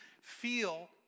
feel